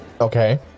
Okay